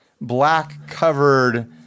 black-covered